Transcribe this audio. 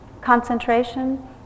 Concentration